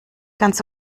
ganz